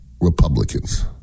Republicans